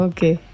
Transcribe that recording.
Okay